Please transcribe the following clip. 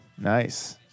Nice